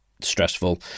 stressful